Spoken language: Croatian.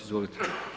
Izvolite!